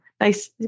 nice